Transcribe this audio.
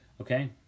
Okay